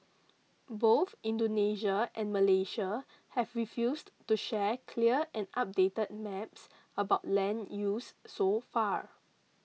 both Indonesia and Malaysia have refused to share clear and updated maps about land use so far